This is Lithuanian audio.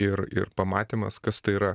ir ir pamatymas kas tai yra